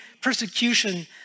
persecution